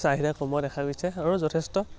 চাহিদা দেখা গৈছে আৰু যথেষ্ট